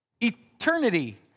Eternity